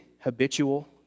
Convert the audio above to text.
habitual